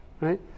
Right